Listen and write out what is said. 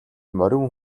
морин